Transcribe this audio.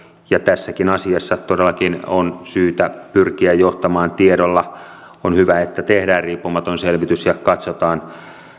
ja tässäkin asiassa todellakin on syytä pyrkiä johtamaan tiedolla on hyvä että tehdään riippumaton selvitys ja katsotaan